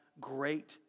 great